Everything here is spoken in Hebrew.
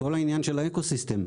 כל העניין של האקוסיסטם.